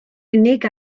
unig